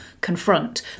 confront